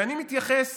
ואני מתייחס